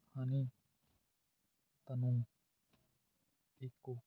ਹਨੀ Tanu Riku